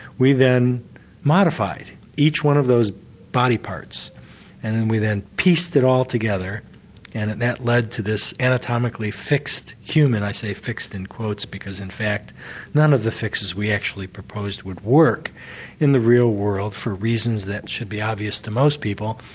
we then modified each one of those body parts and and we then pieced it altogether and that led to this anatomically fixed human, i say fixed in quotes because in fact none of the fixes we actually proposed would work in the real world for reasons that should be obvious to most people.